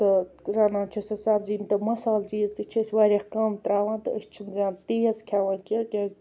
تہٕ رنان چھِ سۄ سبزی تہٕ مسالہٕ چیز تہِ چھِ أسۍ واریاہ کَم تراوان تہِ أسۍ چھِنہٕ زیادٕ تیز کھیٚوان کیٚنٛہہ کیازِ